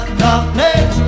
darkness